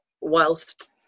whilst